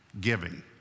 giving